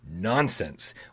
nonsense